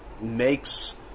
makes